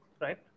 right